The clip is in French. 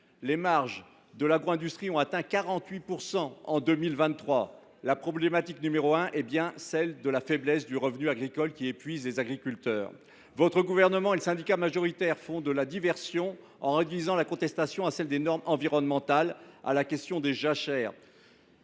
Les marges de l’agro industrie ont atteint 48 % en 2023 ! La problématique n° 1 est bien la faiblesse du revenu agricole, qui épuise les agriculteurs. Le Gouvernement et le syndicat majoritaire font de la diversion en réduisant la contestation à celle des normes environnementales, à la question des jachères.